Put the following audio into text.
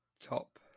Top